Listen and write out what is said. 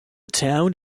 town